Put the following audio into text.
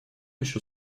еще